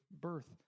birth